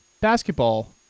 basketball